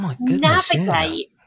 navigate